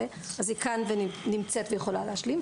אז היא נמצאת כאן והיא יכולה להשלים.